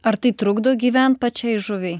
ar tai trukdo gyvent pačiai žuviai